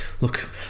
look